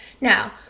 Now